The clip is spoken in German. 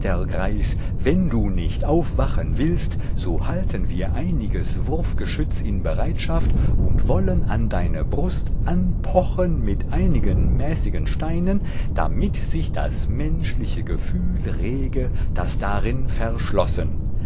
wenn du nicht aufwachen willst so halten wir einiges wurfgeschütz in bereitschaft und wollen an deine brust anpochen mit einigen mäßigen steinen damit sich das menschliche gefühl rege das darin verschlossen